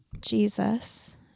Jesus